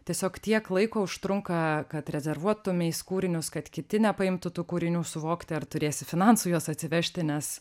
tiesiog tiek laiko užtrunka kad rezervuotumeis kūrinius kad kiti nepaimtų tų kūrinių suvokti ar turėsi finansų juos atsivežti nes